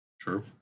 True